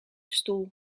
stoel